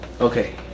Okay